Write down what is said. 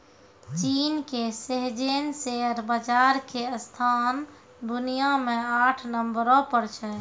चीन के Shenzhen share बाजार के स्थान दुनिया मे आठ नम्बरो पर छै